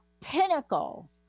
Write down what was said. pinnacle